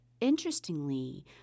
Interestingly